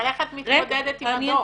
אבל איך את מתמודדת עם הדוח?